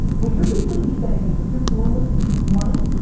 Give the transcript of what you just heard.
what you're basically saying, is if you're born with money,